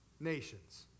nations